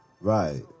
Right